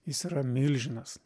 jis yra milžinas